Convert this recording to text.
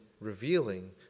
revealing